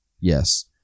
Yes